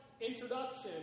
introduction